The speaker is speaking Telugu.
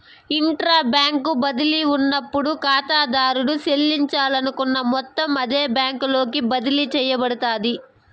ఇంట్రా బ్యాంకు బదిలీ ఉన్నప్పుడు కాతాదారుడు సెల్లించాలనుకున్న మొత్తం అదే బ్యాంకులోకి బదిలీ సేయబడతాది